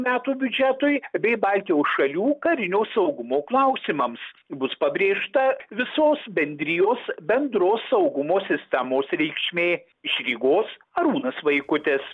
metų biudžetui bei baltijos šalių karinio saugumo klausimams bus pabrėžta visos bendrijos bendros saugumo sistemos reikšmė iš rygos arūnas vaikutis